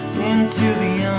into the